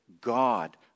God